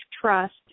trust